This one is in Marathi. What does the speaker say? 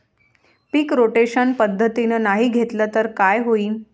पीक रोटेशन पद्धतीनं नाही घेतलं तर काय होईन?